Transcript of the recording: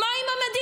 מה עם המדינה?